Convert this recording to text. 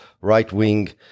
right-wing